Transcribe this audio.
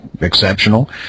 exceptional